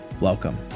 Welcome